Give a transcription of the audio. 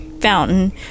fountain